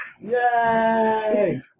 Yay